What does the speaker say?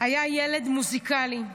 היה ילד מוזיקלי.